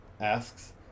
asks